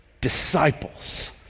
Disciples